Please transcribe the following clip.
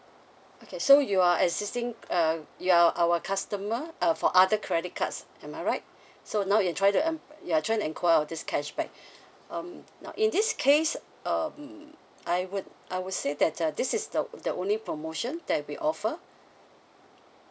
okay so you are existing uh you are our customer uh for other credit cards am I right so now you try to um you're tying to enquire on this cashback um now in this case um I would I would say that uh this is the the only promotion that we offer